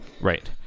right